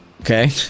Okay